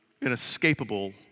inescapable